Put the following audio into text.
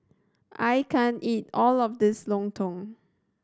I can't eat all of this lontong